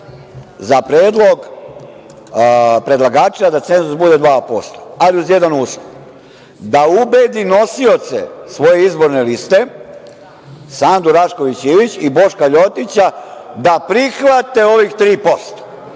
za predlog predlagača da cenzus bude 2%, ali uz jedan uslov. Da ubedi nosioce svoje izborne liste, Sandu Rašković Ivić i Boška LJotića da prihvate ovih 3%.